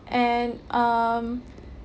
and um